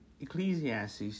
Ecclesiastes